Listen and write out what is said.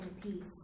peace